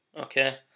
okay